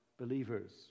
believers